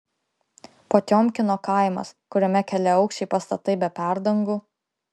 potiomkino kaimas kuriame keliaaukščiai pastatai be perdangų